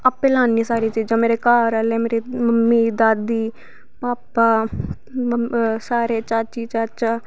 आपें लान्नी सारी चीजां मेरे घर आह्ले मेरी मम्मी मेरी दादी भापा सारे चाची चाचा